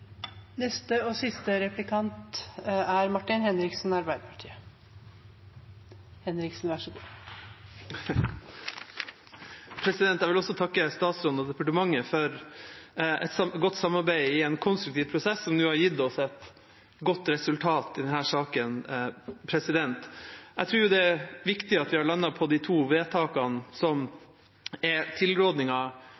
Jeg vil også takke statsråden og departementet for et godt samarbeid i en konstruktiv prosess, som nå har gitt oss et godt resultat i denne saken. Jeg tror det er viktig at vi har landet på de to vedtakene som